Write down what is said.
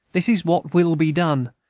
this is what will be done,